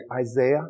Isaiah